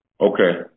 Okay